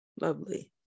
lovely